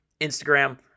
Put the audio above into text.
Instagram